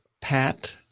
Pat